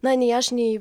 na nei aš nei